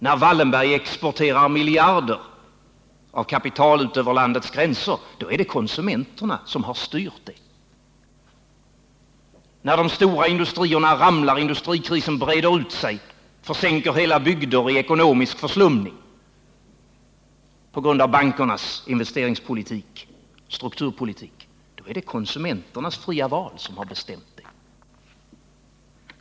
När Wallenberg exporterar miljarder av kapital ut över landets gränser, då är det konsumenterna som har styrt det. När de stora industrierna ramlar, industrikrisen breder ut sig och försänker hela bygder i ekonomisk förslumning på grund av bankernas investeringspolitik och strukturpolitik, då är det konsumenternas fria val som har bestämt det.